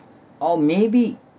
or maybe